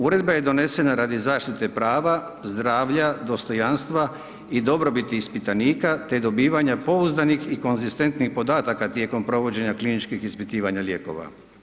Uredba je donesena radi zaštite prava, zdravlja, dostojanstva i dobrobiti ispitanika, te dobivanje pouzdanih i konzistentnih podataka tijekom provođenja kliničkih ispitivanja lijekova.